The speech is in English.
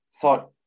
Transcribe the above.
thought